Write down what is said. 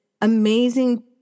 amazing